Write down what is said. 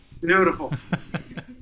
beautiful